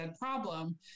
problem